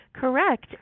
Correct